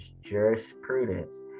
Jurisprudence